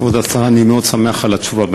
כבוד השרה, אני מאוד שמח על התשובה.